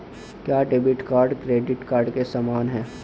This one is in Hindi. क्या डेबिट कार्ड क्रेडिट कार्ड के समान है?